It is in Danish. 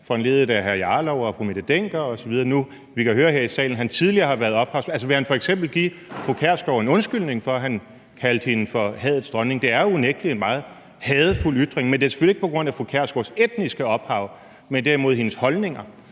hr. Rasmus Jarlov og fru Mette Hjermind Dencker, tidligere – kan vi høre her i salen – har været ophavsmand til. Altså vil han f.eks. give fru Pia Kjærsgaard en undskyldning for, at han kaldte hende for hadets dronning? Det er unægtelig en meget hadefuld ytring. Men det er selvfølgelig ikke på grund af fru Pia Kjærsgaards etniske ophav, men derimod hendes holdninger.